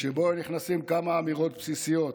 שבו היו נכנסות כמה אמירות בסיסיות,